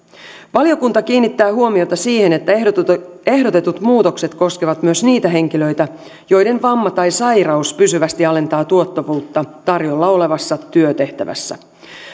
valiokunta kiinnittää huomiota siihen että ehdotetut ehdotetut muutokset koskevat myös niitä henkilöitä joiden vamma tai sairaus pysyvästi alentaa tuottavuutta tarjolla olevassa työtehtävässä